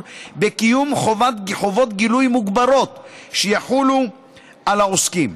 בקיום חובות גילוי מוגברות שיחולו על העוסקים.